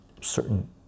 certain